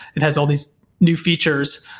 it has all these new features.